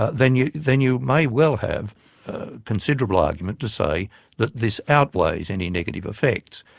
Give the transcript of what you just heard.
ah then you then you may well have considerable argument to say that this outweighs any negative effects.